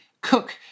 cook